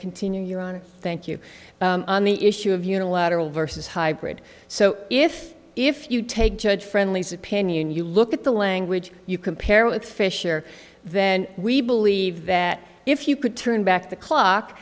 continue on thank you on the issue of unilateral vs hybrid so if if you take judge friendly's opinion you look at the language you compare with fischer then we believe that if you could turn back the clock